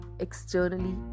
Externally